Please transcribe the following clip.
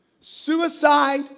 suicide